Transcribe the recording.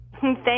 Thank